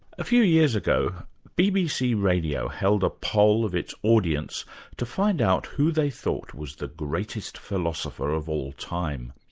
a few years ago bbc radio held a poll of its audience to find out who they thought was the greatest philosopher of all time.